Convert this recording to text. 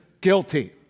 guilty